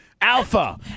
alpha